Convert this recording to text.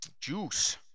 Juice